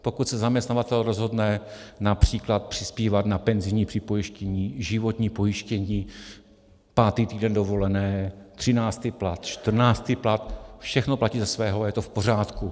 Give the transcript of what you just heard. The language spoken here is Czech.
Pokud se zaměstnavatel rozhodne například přispívat na penzijní připojištění, životní pojištění, pátý týden dovolené, třináctý plat, čtrnáctý plat, všechno platí ze svého a je to v pořádku.